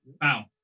Wow